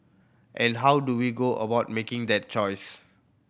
and how do we go about making that choice